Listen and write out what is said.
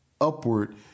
upward